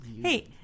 Hey